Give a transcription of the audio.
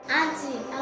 Auntie